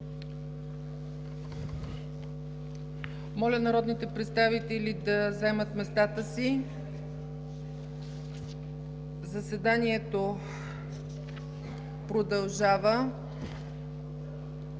Моля народните представители да заемат местата си, заседанието продължава.